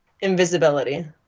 invisibility